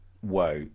whoa